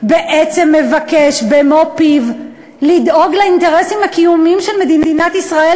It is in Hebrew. בעצם מבקש במו-פיו לדאוג לאינטרסים הקיומיים של מדינת ישראל